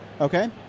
Okay